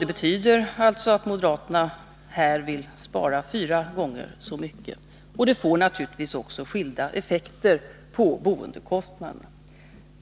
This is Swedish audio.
Det betyder alltså att moderaterna här vill spara fyra gånger så mycket, och det får naturligtvis också skilda effekter på boendekostnaderna.